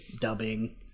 dubbing